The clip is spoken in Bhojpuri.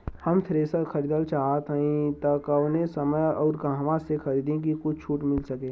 हम थ्रेसर खरीदल चाहत हइं त कवने समय अउर कहवा से खरीदी की कुछ छूट मिल सके?